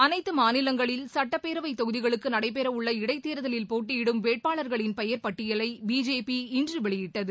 அனைத்து மாநிலங்களில் சட்டப்பேரவைத் தொகுதிவளுக்கு நடைபெறவுள்ள இடைத் தேர்தலில் போட்டியிடும் வேட்பாளர்களின் பெயர் பட்டியலை பிஜேபி இன்று வெளியிட்டது